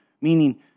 Meaning